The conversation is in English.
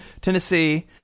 Tennessee